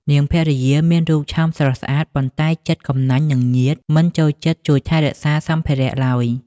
នាងភរិយាមានរូបឆោមស្រស់ស្អាត ប៉ុន្តែចិត្តកំណាញ់នឹងញាតិ មិនចូលចិត្តជួយថែរក្សាសម្ភារៈឡើយ។